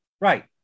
Right